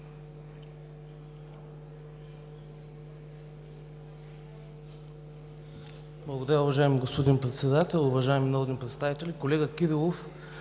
Благодаря, уважаеми господин Председател. Уважаеми народни представители! Колега Кирилов,